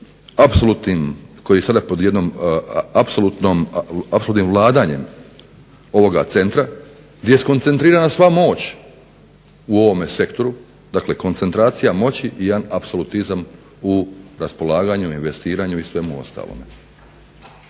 koji je sada pod jednim apsolutnim vladanjem ovoga centra gdje je skoncentrirana sva moć u ovome sektoru dakle koncentracija moći i apsolutizam u raspolaganju u investiranju i svemu ostalome.